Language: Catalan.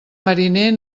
mariner